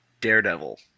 Daredevil